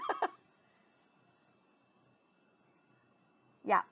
yup